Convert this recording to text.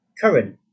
current